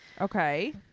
okay